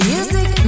Music